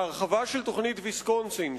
ההרחבה של תוכנית ויסקונסין,